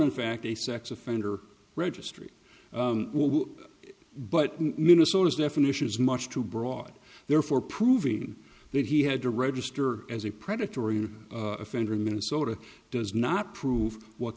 in fact a sex offender registry but minnesota's definition is much too broad therefore proving that he had to register as a predatory offender in minnesota does not prove what